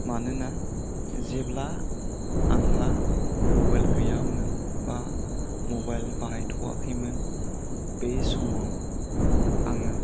मानोना जेब्ला आंहा मबाइल गैयामोन बा मबाइल बाहाइथ'याखैमोन बे समाव आङो